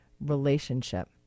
relationship